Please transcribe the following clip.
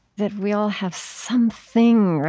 that we all have something, right,